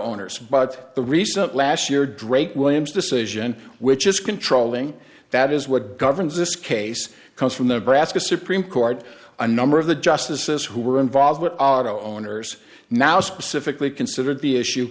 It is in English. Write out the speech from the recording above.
owners but the recent last year drake williams decision which is controlling that is what governs this case comes from the brass the supreme court a number of the justices who were involved with otto owners now specifically considered the issue